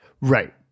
Right